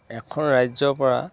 এখন ৰাজ্যৰ পৰা